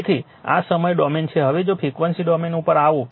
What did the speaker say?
તેથી આ સમય ડોમેન છે હવે જો ફ્રિક્વન્સી ડોમેન ઉપર આવો